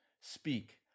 Speak